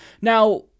Now